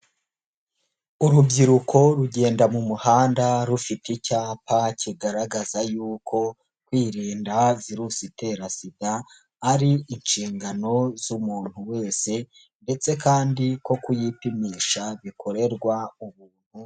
Urubyiruko rugenda mu muhanda rufite icyapa kigaragaza yuko kwirinda virusi itera SIDA ari inshingano z'umuntu wese, ndetse kandi ko kuyipimisha bikorerwa ubuntu.